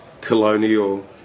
colonial